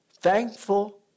Thankful